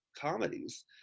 comedies